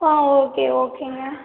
ஆ okay ஓகேங்க